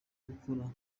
gukora